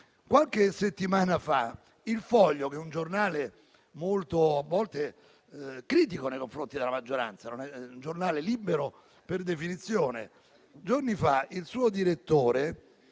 Qualche settimana fa su «Il Foglio», che è un giornale a volte molto critico nei confronti della maggioranza, un giornale libero per definizione, il suo direttore